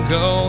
go